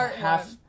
half